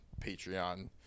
Patreon